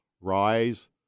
rise